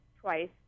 twice